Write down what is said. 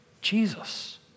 Jesus